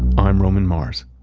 i'm roman mars